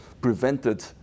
prevented